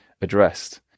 addressed